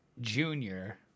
Junior